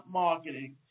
marketing